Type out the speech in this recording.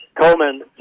Coleman